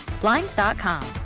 Blinds.com